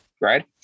right